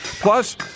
Plus